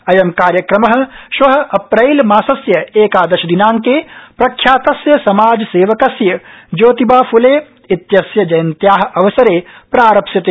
अयं कार्यक्रम श्व अप्रैल मासस्य एकादश दिनांके प्रख्यातस्य समाजसेवकस्य ज्योतिबा फुले क्विस्य जयन्त्या अवसरे प्रारप्स्यते